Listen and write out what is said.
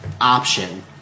option